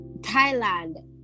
Thailand